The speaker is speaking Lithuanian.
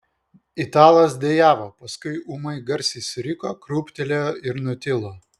italas dejavo paskui ūmai garsiai suriko krūptelėjo ir nutilo